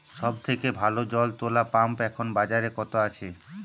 সব থেকে ভালো জল তোলা পাম্প এখন বাজারে কত আছে?